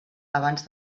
abans